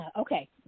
Okay